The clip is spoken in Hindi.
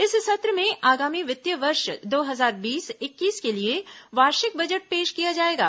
इस सत्र में आगामी वित्तीय वर्ष दो हजार बीस इक्कीस के लिए वार्षिक बजट पेश किया जाएगा